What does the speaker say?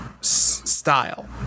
style